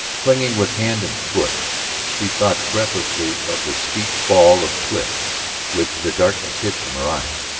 clinging with hand and foot she thought breathlessly of the steep fall of cliff which the darkness hid from her eyes,